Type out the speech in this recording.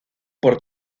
por